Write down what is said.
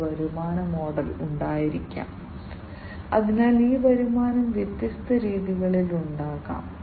അവർക്ക് ഉൽപ്പന്ന ആയുസ്സ് ലൂപ്പ് കാര്യക്ഷമത സുരക്ഷ വിശ്വാസ്യത എന്നിവ ഈ വ്യത്യസ്ത ഗുണങ്ങളിൽ ചിലതാണ്